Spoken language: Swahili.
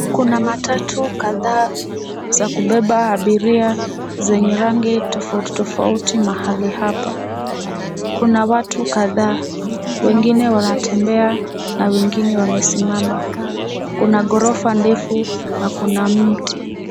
Kuna matatu kadhaa za kubeba abiria zenye rangi tofauti tofauti mahali hapa. Kuna watu kadhaa wengine wanatembea na wengine wamesimama. Kuna ghorofa ndefu na kuna mti.